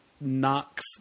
knocks